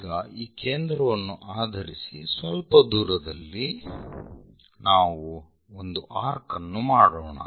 ಈಗ ಈ ಕೇಂದ್ರವನ್ನು ಆಧರಿಸಿ ಸ್ವಲ್ಪ ದೂರದಲ್ಲಿ ನಾವು ಒಂದು ಆರ್ಕ್ ಅನ್ನು ಮಾಡೋಣ